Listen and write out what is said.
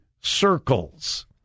circles